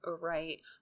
Right